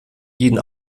jeden